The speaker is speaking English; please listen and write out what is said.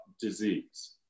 disease